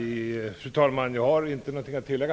Fru talman! Jag har inget att tillägga.